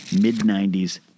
mid-90s